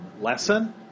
lesson